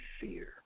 fear